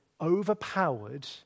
overpowered